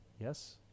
Yes